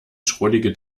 schrullige